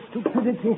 stupidity